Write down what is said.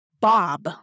Bob